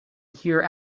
hear